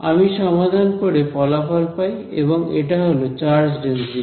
আমি সমাধান করে ফলাফল পাই এবং এটা হল চার্জ ডেনসিটি